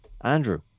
Andrew